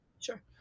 Sure